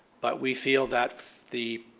but we feel that the